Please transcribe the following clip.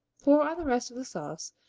pour on the rest of the sauce,